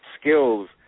Skills